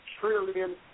trillion